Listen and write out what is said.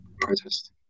protest